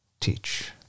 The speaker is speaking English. teach